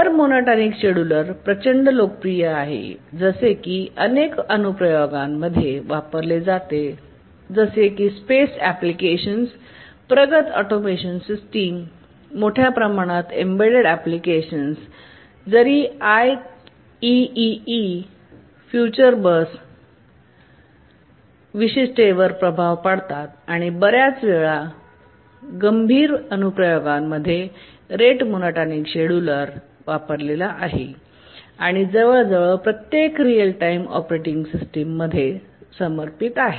rate monotonic scheduler प्रचंड लोकप्रिय आहे जसे की अनेक अनुप्रयोगांमध्ये वापरली जाते जसे की स्पेस अँप्लिकेशन्स प्रगत ऑटोमेशन सिस्टम मोठ्या प्रमाणात एम्बेडेड अँप्लिकेशन्स जरी आयईईई फ्यूचर बसच्या विशिष्टतेवर प्रभाव पाडतात आणि बर्याच वेळ गंभीर अनुप्रयोगांमध्ये रेट मोनोटॉनिक शेड्यूलर वापरलेला आहे आणि जवळजवळ प्रत्येक रिअल टाइम ऑपरेटिंग सिस्टम मध्ये समर्थित आहे